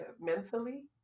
mentally